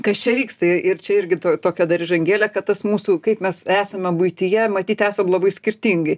kas čia vyksta ir čia irgi tokia dar ižangėlė kad tas mūsų kaip mes esame buityje matyt esam labai skirtingai